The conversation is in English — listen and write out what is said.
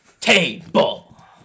table